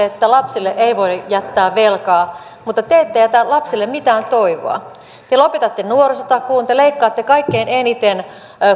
että lapsille ei voi jättää velkaa mutta te ette jätä lapsille mitään toivoa te lopetatte nuorisotakuun te leikkaatte kaikkein eniten